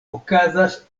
okazas